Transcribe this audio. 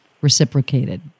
reciprocated